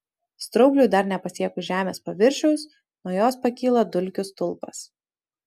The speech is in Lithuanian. straubliui dar nepasiekus žemės paviršiaus nuo jos pakyla dulkių stulpas